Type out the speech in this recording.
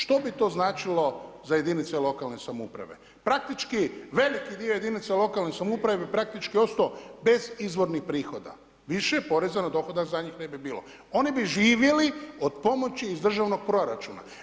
Što bi to značilo za jedinice lokalne samouprave, praktički veliki dio jedinica lokalne samouprave bi praktički ostao bez izvornih prihoda, više poreza na dohodak za njih ne bi bilo, oni bi živjeli od pomoći iz državnog proračuna.